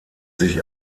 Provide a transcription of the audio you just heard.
sich